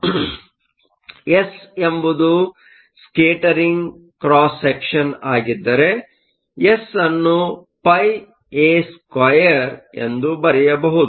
ಆದ್ದರಿಂದ ಎಸ್ ಎಂಬುದು scattering cross section ಆಗಿದ್ದರೆ ಎಸ್ ಅನ್ನು πa2 ಎಂದು ಬರೆಯಬಹುದು